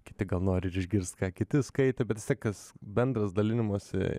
kiti gal nori ir išgirst ką kiti skaito bet vistiek tas bendras dalinimosi